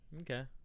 Okay